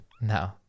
No